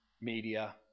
media